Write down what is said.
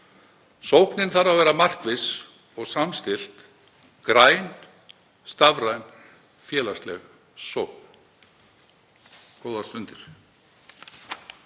Sóknin þarf að vera markviss og samstillt, græn, stafræn og félagsleg sókn. — Góðar stundir.